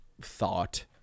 thought